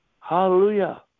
Hallelujah